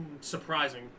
surprising